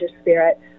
spirit